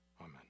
amen